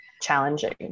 Challenging